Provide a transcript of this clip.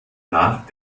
nach